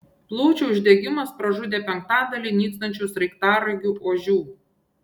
plaučių uždegimas pražudė penktadalį nykstančių sraigtaragių ožių